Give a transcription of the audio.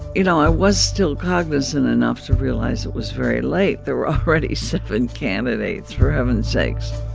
you know, i was still cognizant enough to realize it was very late. there were already seven candidates, for heaven's sakes